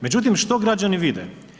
Međutim, što građani vide?